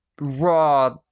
raw